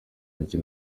mikino